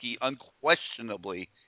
unquestionably